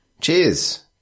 Cheers